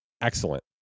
Excellent